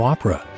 Opera